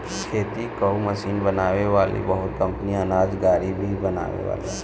खेती कअ मशीन बनावे वाली बहुत कंपनी अनाज गाड़ी भी बनावेले